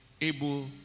able